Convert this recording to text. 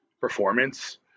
performance